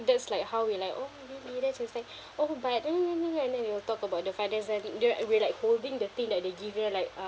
that's like how we like oh really that was like oh but yea yea yea yea and then we will talk about the finance then we're like holding the thing that they give you like